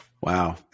Wow